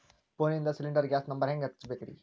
ಫೋನಿಂದ cylinder gas number ಹೆಂಗ್ ಹಚ್ಚ ಬೇಕ್ರಿ?